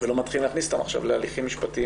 ולא מתחילים להכניס אותם עכשיו להליכים משפטיים